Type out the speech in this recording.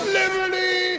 liberty